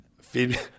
Feed